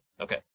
Okay